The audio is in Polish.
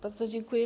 Bardzo dziękuję.